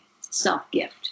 self-gift